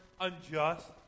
unjust